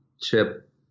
chip